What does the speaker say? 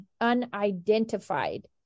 unidentified